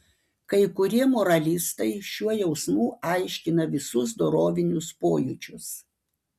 kai kurie moralistai šiuo jausmu aiškina visus dorovinius pojūčius